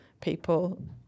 people